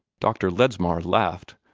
dr. ledsmar laughed.